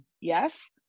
Yes